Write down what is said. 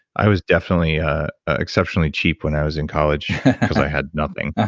i was definitely ah exceptionally cheap when i was in college because i had nothing,